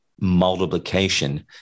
multiplication